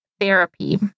therapy